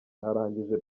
narangije